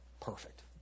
Perfect